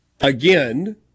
Again